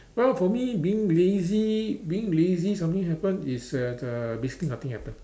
well for me being lazy being lazy something happen is uh that uh basically nothing happen